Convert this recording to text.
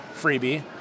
freebie